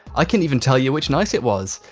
i can even tell you which night it was.